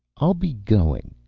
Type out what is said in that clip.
i'll be going,